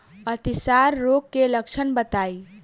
अतिसार रोग के लक्षण बताई?